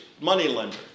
moneylender